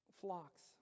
flocks